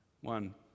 One